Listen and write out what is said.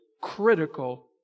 critical